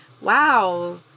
wow